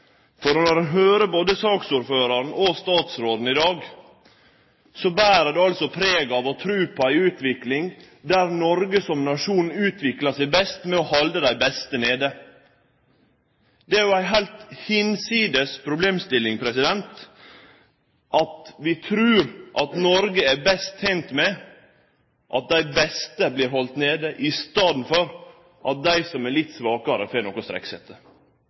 Når ein høyrer på både saksordføraren og statsråden i dag, ber det dei seier, preg av tru på ei utvikling der Noreg som nasjon utviklar seg best ved å halde dei beste nede. Det er jo ei heilt meiningslaus problemstilling at vi trur at Noreg er best tent med at dei beste vert haldne nede i staden for at dei som er litt svakare, får noko